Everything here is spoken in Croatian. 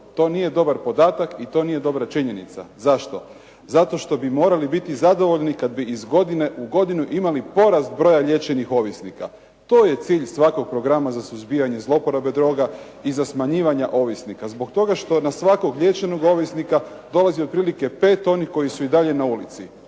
to nije dobar podatak i to nije dobra činjenica. Zašto? Zato što bi morali biti zadovoljni kad bi iz godine u godinu imali porast broja liječenih ovisnika. To je cilj svakog programa za suzbijanje zlouporabe droga i za smanjivanje ovisnika zbog toga što na svakog liječenog ovisnika dolazi otprilike onih koji su i dalje na ulici.